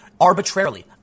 arbitrarily